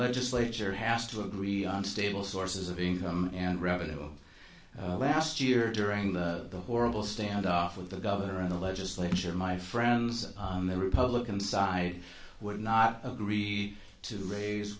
legislature has to agree on stable sources of income and revenue of last year during the horrible standoff with the governor and the legislature my friends on the republican side would not agree to raise